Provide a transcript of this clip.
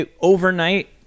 overnight